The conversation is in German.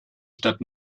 stadt